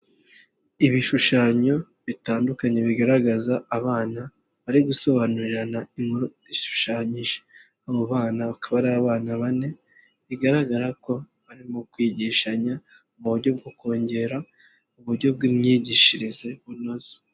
Ibishushanyo bitandukanye bigaragaza abana bari gusobanurirana inkuru ishushanyije, abo bana akaba ari abana bane bigaragara ko barimo kwigishanya mu buryo bwo kongera uburyo bw'imyigishirize bunoze.